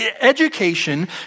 Education